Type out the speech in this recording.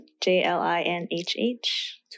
J-L-I-N-H-H